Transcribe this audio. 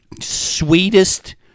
sweetest